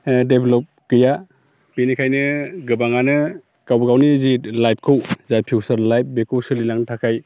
ओ डेभेलप गैया बिनिखायनो गोबाङानो गाबागावनि जिहेथु लाइफखौ जाय फिउसार लाइफ बेखौ सोलि लांनो थाखाय